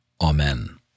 Amen